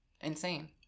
insane